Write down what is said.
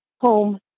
home